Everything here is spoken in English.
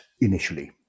initially